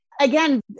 again